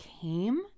came